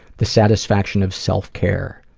the satisfaction of self care.